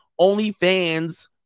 OnlyFans